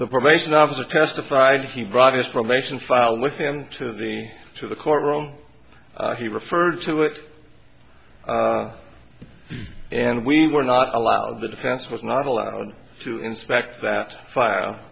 the probation officer testified he brought his probation file with him to the to the courtroom he referred to it and we were not allowed the defense was not allowed to inspect that file